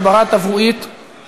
חבר הכנסת עבדאללה אבו מערוף,